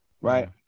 right